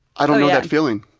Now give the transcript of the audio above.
i don't know that feeling.